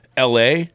LA